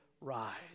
rise